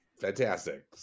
fantastic